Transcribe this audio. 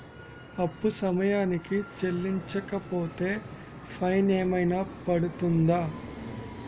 అప్పు సమయానికి చెల్లించకపోతే ఫైన్ ఏమైనా పడ్తుంద?